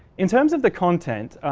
in terms of the content.